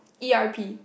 E R P